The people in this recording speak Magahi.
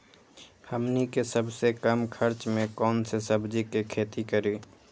हमनी के सबसे कम खर्च में कौन से सब्जी के खेती करी?